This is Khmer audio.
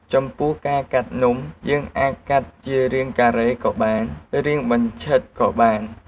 ចំពោះការកាត់នំ យើងអាចកាត់ជារាងការេក៏បាន រាងបញ្ឆិតក៏បាន។